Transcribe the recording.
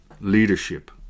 leadership